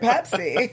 Pepsi